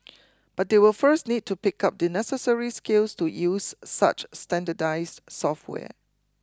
but they will first need to pick up the necessary skills to use such standardised software